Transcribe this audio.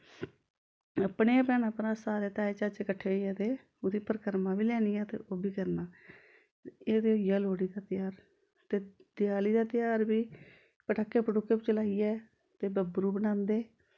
अपने गै भैनां भ्राऽ ताए चाचे सारे कट्ठे होइयै ते ओह्दी परकरमां बी लैनियां ते ओह् बी करना एह् ते होई गेआ लोह्ड़ी दा तेहार ते देआली दा तेहार बी पटाके पटूके चलाइयै ते बब्बरू बनांदे